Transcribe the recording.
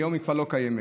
והיום כבר לא קיים.